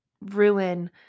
ruin